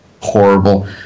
horrible